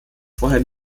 vorher